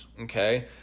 Okay